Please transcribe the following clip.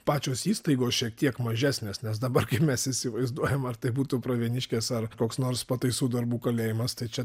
pačios įstaigos šiek tiek mažesnės nes dabar kaip mes įsivaizduojam ar tai būtų pravieniškės ar koks nors pataisų darbų kalėjimas tai čia